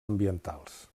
ambientals